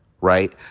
right